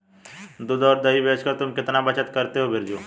दूध और दही बेचकर तुम कितना बचत करते हो बिरजू?